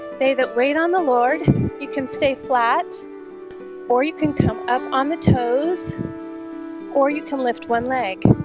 they that wait on the lord you can stay flat or you can come up on the toes or you can lift one leg